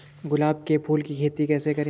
गुलाब के फूल की खेती कैसे करें?